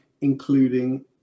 including